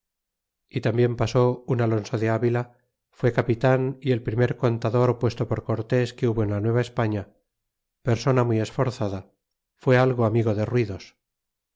y tambien pasó un alonso de avila fue capitan y el primer contador puesto por cortés que hubo en la nueva españa persona muy esforzada fué algo amigo de ruidos